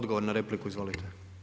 Odgovor na repliku, izvolite.